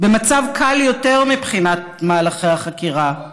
במצב קל יותר מבחינת מהלכי החקירה,